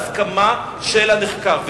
בהסכמה של הנחקר,